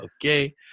Okay